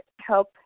help